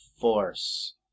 force